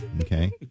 okay